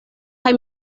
kaj